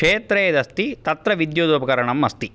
क्षेत्रे यदस्ति तत्र विद्युदुपकरणम् अस्ति